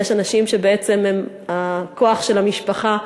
יש אנשים שבעצם הם הכוח של המשפחה.